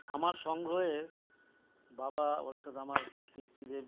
আমার সংগ্রহে বাবা অর্থাৎ আমার পিতৃদেব